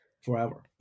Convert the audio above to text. Forever